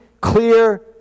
clear